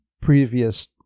previous